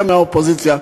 גם מהאופוזיציה,